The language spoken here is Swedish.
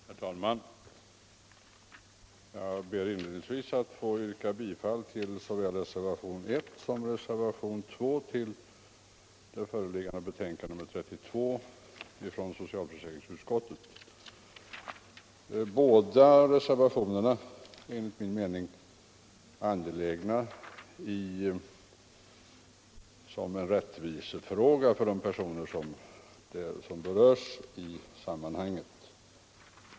Herr talman! Jag ber inledningsvis att få yrka bifall till såväl reservationen 1 som reservationen 2 vid betänkandet 32 från socialförsäkringsutskottet. Båda reservationerna är enligt min mening angelägna av rättviseskäl för de personer som berörs i sammanhanget.